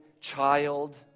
child